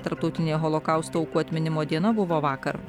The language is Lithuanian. tarptautinė holokausto aukų atminimo diena buvo vakar